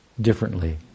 differently